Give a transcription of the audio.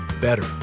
better